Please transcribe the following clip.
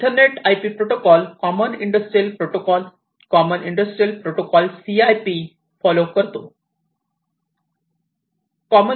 Ethernet IP protocol common industrial protocol common industrial protocol CIP follow करतो